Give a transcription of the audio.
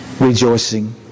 rejoicing